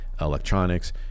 electronics